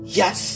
yes